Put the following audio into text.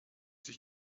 sich